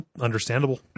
understandable